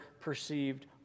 perceived